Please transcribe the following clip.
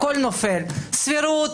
הכול נופל: סבירות,